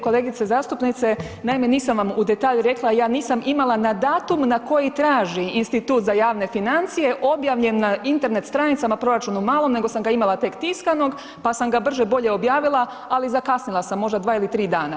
Kolegice zastupnice, naime, nisam vam u detalj rekla, ja nisam imala na datum na koji traži Institut za javne financije objavljen na Internet stranicama proračun u malom nego sam ga imala tek tiskanog, pa sam ga brže bolje objavila, ali zakasnila sam možda 2 ili 3 dana.